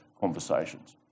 conversations